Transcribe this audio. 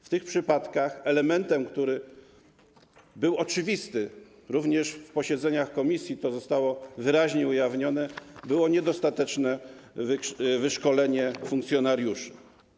W tych przypadkach elementem, który był oczywisty, również na posiedzeniach komisji to zostało wyraźnie ujawnione, było niedostateczne wyszkolenie funkcjonariuszy.